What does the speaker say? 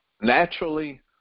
naturally